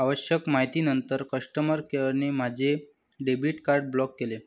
आवश्यक माहितीनंतर कस्टमर केअरने माझे डेबिट कार्ड ब्लॉक केले